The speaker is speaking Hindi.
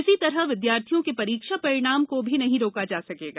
इसी प्रकार विद्यार्थियों के परीक्षा परिणाम को भी नहीं रोका जा सकेगा